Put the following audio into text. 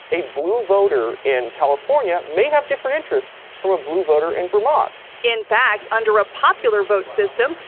a blue voter in california may have different interests from a blue voter in vermont. in fact, under a popular vote system,